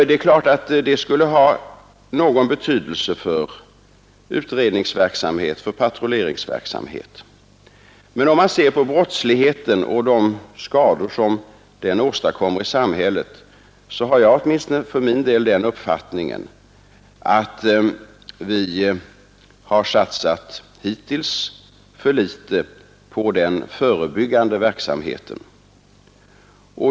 Det skulle naturligtvis ha någon betydelse för utrednings och patrulleringsverksamhet, men om man ser på brottsligheten och de skador den åstadkommer i samhället har jag för min del den uppfattningen, att vi hittills har satsat för litet på den förebyggande verksamheten.